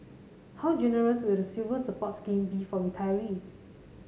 how generous will the Silver Support scheme be for retirees